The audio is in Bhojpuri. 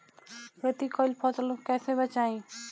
खेती कईल फसल कैसे बचाई?